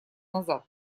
назад